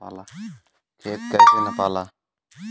खेत कैसे नपाला?